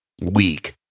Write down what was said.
weak